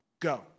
go